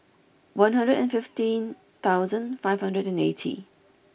one hundred and fifteen thousand five hundred and eighty